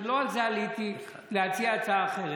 ולא על זה עליתי להציע הצעה אחרת.